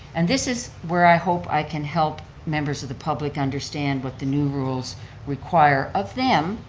and this is where i hope i can help members of the public understand what the new rules require of them,